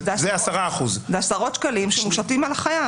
זה 10%. -- זה עשרות שקלים שמושתים על החייב.